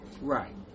Right